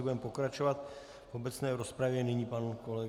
Budeme pokračovat v obecné rozpravě, nyní pan kolega...